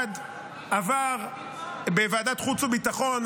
אחד עבר בוועדת חוץ וביטחון,